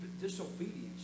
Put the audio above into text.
disobedience